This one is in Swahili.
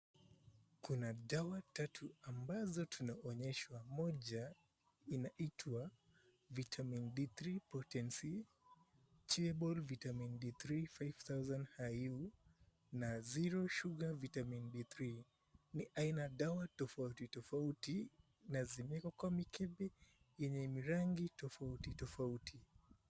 Kuna dawa tatu ambazo tunaonyeshwa. Moja inaitwa, Vitamin D3 Potency, Chewable Vitamin D3 5000IU, na Zero Sugar Vitamin D3. Ni aina dawa tofauti tofauti na zimewekwa kwa mikebe yenye rangi tofauti tofauti.